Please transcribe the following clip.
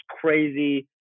crazy